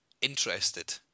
interested